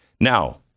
Now